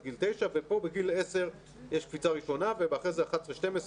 גיל תשע ופה בגיל עשר יש קפיצה ראשונה ואחרי זה 12-11,